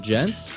Gents